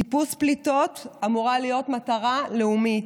איפוס פליטות אמור להיות מטרה לאומית.